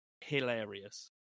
hilarious